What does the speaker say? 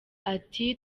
ati